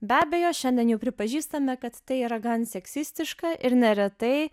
be abejo šiandien jau pripažįstame kad tai yra gan seksistiška ir neretai